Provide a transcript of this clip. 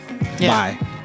Bye